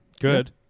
Good